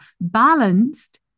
balanced